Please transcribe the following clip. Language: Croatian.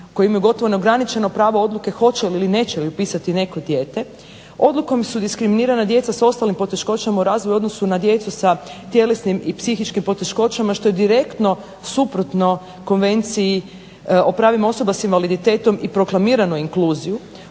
koji imaju gotovo neograničeno pravo odluke hoće li ili neće upisati neko dijete. Odlukom su diskriminirana djeca s ostalim poteškoćama u razvoju u odnosu na djecu sa tjelesnim i psihičkim poteškoćama što je direktno suprotno Konvenciji o pravima osoba s invaliditetom i proklamiranu inkluziju.